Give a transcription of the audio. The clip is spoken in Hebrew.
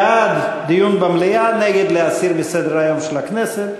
בעד, דיון במליאה, נגד, להסיר מסדר-היום של הכנסת.